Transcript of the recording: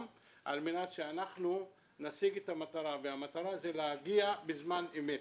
מנת שאנחנו נשיג את המטרה והמטרה היא להגיע בזמן אמת.